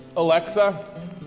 Alexa